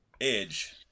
Edge